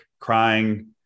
crying